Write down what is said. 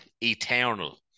Eternal